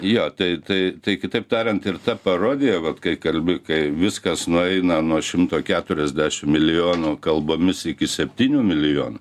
jo tai tai tai kitaip tariant ir ta parodija vat kai kalbi kai viskas nueina nuo šimto keturiasdešim milijonų kalbomis iki septynių milijonų